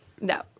No